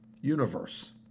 universe